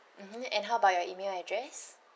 mmhmm and how about your email address